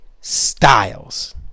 Styles